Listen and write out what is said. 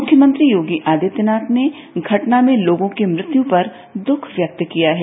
मुख्यमंत्री योगी आदित्यनाथ ने घटना में लोगों की मृत्यु पर दुःख व्यक्त किया है